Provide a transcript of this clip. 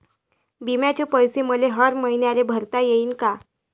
बिम्याचे पैसे मले हर मईन्याले भरता येईन का?